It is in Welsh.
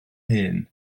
hun